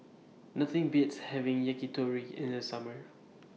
Nothing Beats having Yakitori in The Summer